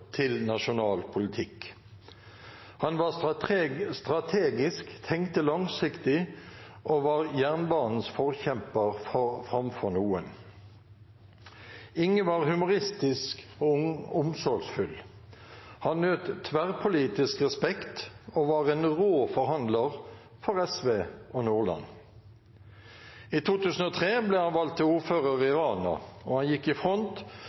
til nasjonal politikk. Han var strategisk, tenkte langsiktig og var jernbanens forkjemper framfor noen. Inge var humoristisk og omsorgsfull. Han nøt tverrpolitisk respekt og var en rå forhandler for SV og Nordland. I 2003 ble han valgt til ordfører i Rana, og han gikk i front